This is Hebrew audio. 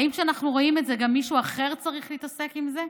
האם כשאנחנו רואים את זה גם מישהו אחר צריך להתעסק עם זה?